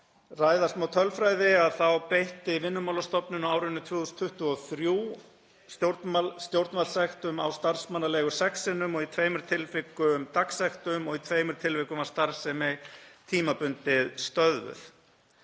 ræða smá tölfræði þá beitti Vinnumálastofnun á árinu 2023 stjórnvaldssektum á starfsmannaleigur sex sinnum og í tveimur tilvikum dagsektum og í tveimur tilvikum var starfsemi tímabundið stöðvuð.